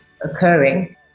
occurring